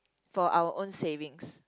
for our own savings